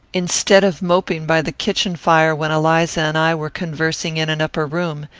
instead of moping by the kitchen-fire when eliza and i were conversing in an upper room,